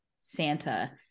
santa